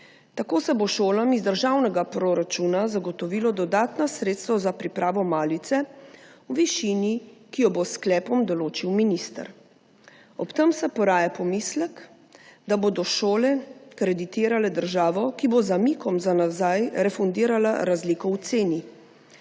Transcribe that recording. Tako se bodo šolam iz državnega proračuna zagotovila dodatna sredstva za pripravo malice v višini, ki jo bo s sklepom določil minister. Ob tem se poraja pomislek, da bodo šole kreditirale državo, ki bo z zamikom za nazaj refundirala razliko v ceni.